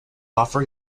offer